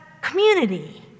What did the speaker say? community